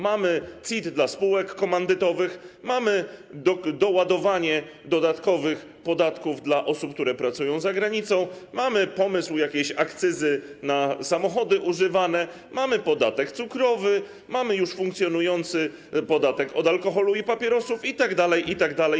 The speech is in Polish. Mamy CIT dla spółek komandytowych, mamy doładowanie dodatkowych podatków dla osób, które pracują za granicą, mamy pomysł jakiejś akcyzy na samochody używane, mamy podatek cukrowy, mamy już funkcjonujący podatek od alkoholu i papierosów Dzwonek itd.